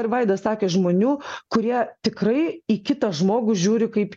ir vaidas sakė žmonių kurie tikrai į kitą žmogų žiūri kaip